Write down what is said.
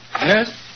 Yes